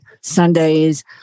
Sundays